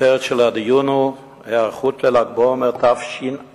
הכותרת של הדיון היא: ההיערכות לל"ג בעומר תש"ע.